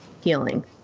healing